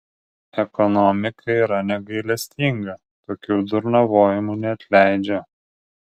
ekonomika yra negailestinga tokių durnavojimų neatleidžia